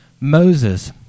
Moses